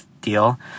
deal